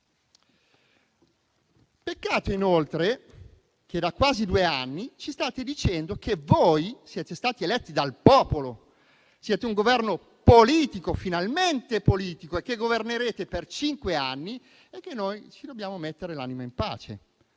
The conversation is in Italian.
Peccato, inoltre, che da quasi due anni ci stiate dicendo che voi siete stati eletti dal popolo, siete un Governo finalmente politico e che governerete per cinque anni e che noi ci dobbiamo mettere l'anima in pace,